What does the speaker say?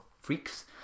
freaks